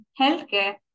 healthcare